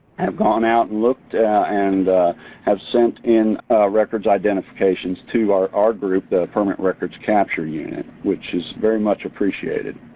have gone out and looked and have sent in records identifications to our our group, the permanent records capture unit, which is very much appreciated.